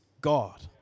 God